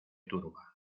turba